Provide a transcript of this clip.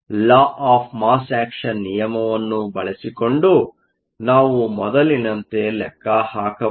law of mass action ನಿಯಮವನ್ನು ಬಳಸಿಕೊಂಡು ನಾವು ಮೊದಲಿನಂತೆ ಲೆಕ್ಕ ಹಾಕಬಹುದು